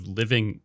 living